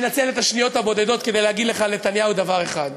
אני אנצל את השניות הבודדות כדי להגיד לך על נתניהו דבר אחד.